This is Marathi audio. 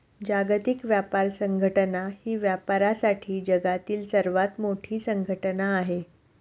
जागतिक व्यापार संघटना ही व्यापारासाठी जगातील सर्वात मोठी संघटना आहे